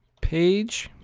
page,